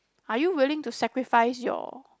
are you willing to sacrifice your